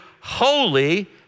holy